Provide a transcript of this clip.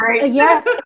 yes